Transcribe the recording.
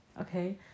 okay